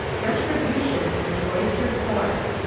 retri bution and the oyster fork.